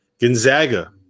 Gonzaga